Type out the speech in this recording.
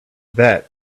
that